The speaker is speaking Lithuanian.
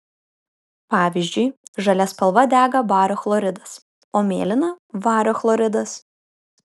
pavyzdžiui žalia spalva dega bario chloridas o mėlyna vario chloridas